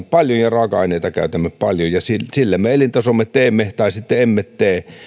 paljon energiaa ja käytämme paljon raaka aineita ja sillä me elintasomme teemme tai sitten emme tee